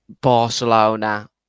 Barcelona